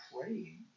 praying